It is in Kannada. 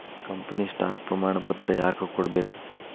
ಕಂಪನಿ ಸ್ಟಾಕ್ ಪ್ರಮಾಣಪತ್ರ ಯಾಕ ಕೊಡ್ಬೇಕ್